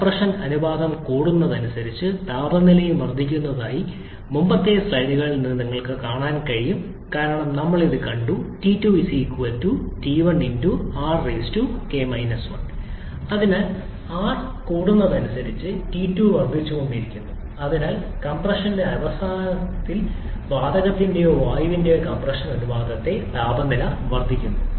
compression അനുപാതം കൂടുന്നതിനനുസരിച്ച് താപനിലയും വർദ്ധിക്കുന്നതായി മുമ്പത്തെ സ്ലൈഡുകളിൽ നിന്ന് നിങ്ങൾക്ക് കാണാൻ കഴിയും കാരണം നമ്മൾ ഇത് കണ്ടു T2 𝑇1𝑟𝑘 1 അതിനാൽ r കൂടുന്നതിനനുസരിച്ച് ടി 2 വർദ്ധിച്ചുകൊണ്ടിരിക്കുന്നു അതിനാൽ കംപ്രഷന്റെ അവസാനത്തിൽ വാതകത്തിന്റെയോ വായുവിന്റെയോ കംപ്രഷൻ അനുപാത താപനില വർദ്ധിക്കുന്നു